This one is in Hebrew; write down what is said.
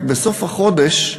רק בסוף החודש,